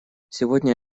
сегодня